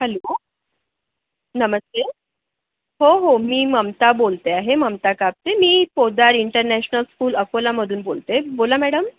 hello नमस्ते हो हो मी ममता बोलते आहे ममता कापसे मी पोद्दार इंटरनॅशनल स्कूल अकोलामधून बोलते बोला मॅडम